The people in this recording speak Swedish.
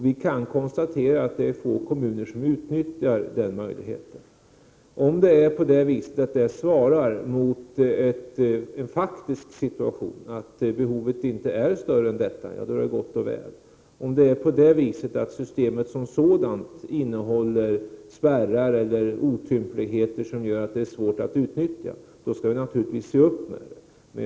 Vi kan konstatera att få kommuner utnyttjar den möjligheten. Om detta svarar mot en faktisk situation, att behovet inte är större än så, är det gott och väl. Om systemet som sådant innehåller spärrar eller otympligheter som gör att det är svårt att utnyttja, skall vi naturligtvis se upp med det.